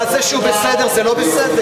מה, זה שהוא בסדר, זה לא בסדר?